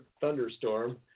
thunderstorm